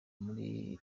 muri